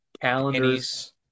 calendars